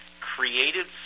creative